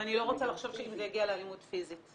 ואני לא רוצה שזה יגיע לאלימות פיזית.